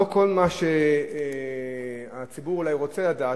לא כל מה שהציבור רוצה לדעת,